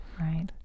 Right